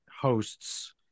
hosts